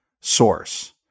source